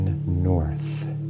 north